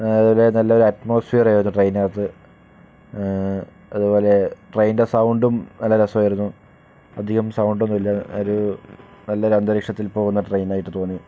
അതുപോലെ നല്ലൊരു അറ്റ്മോസ്ഫിയർ ആയിരുന്നു ട്രെയിനിനകത്ത് അതുപോലെ ട്രെയിനിൻ്റെ സൗണ്ടും നല്ല രസമായിരുന്നു അധികം സൗണ്ട് ഒന്നുമില്ല ഒരു നല്ലൊരു അന്തരീക്ഷത്തിൽ പോകുന്ന ട്രെയിൻ ആയിട്ട് തോന്നി